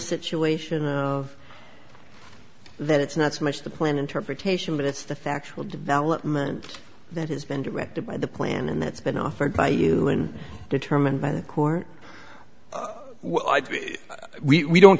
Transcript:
situation of that it's not so much the plan interpretation but it's the factual development that has been directed by the plan and that's been offered by you and determined by the court we don't